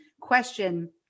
question